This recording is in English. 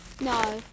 No